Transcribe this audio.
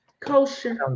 kosher